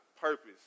purpose